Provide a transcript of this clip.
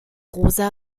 rosa